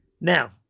Now